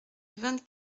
vingt